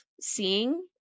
seeing